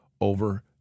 over